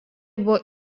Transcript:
buvo